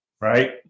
right